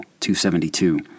272